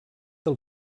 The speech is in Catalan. del